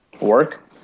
work